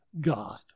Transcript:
God